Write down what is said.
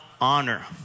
honor